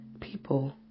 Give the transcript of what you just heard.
people